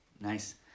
Nice